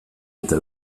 eta